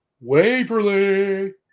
Waverly